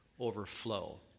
overflow